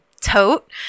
tote